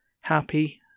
happy